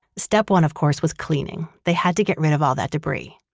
step one, of course, was cleaning. they had to get rid of all that debris.